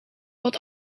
wat